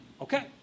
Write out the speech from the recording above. Okay